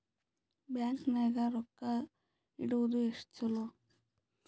Bank ನಾಗ ರೊಕ್ಕ ಇಡುವುದು ಎಷ್ಟು ಚಲೋ?